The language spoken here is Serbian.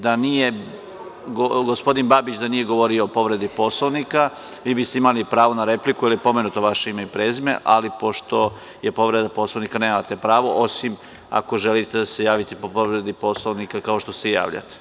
Da gospodin Babić nije govorio o povredi Poslovnika, vi biste imali pravo na repliku, jer je pomenuto vaše ime i prezime, ali pošto je povreda Poslovnika, nemate pravo, osim ako želite da se javite po povredi Poslovnika, kao što se i javljate.